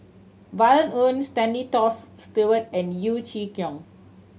Violet Oon Stanley Toft Stewart and Yeo Chee Kiong